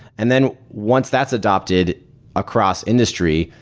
and then once that's adopted across industry,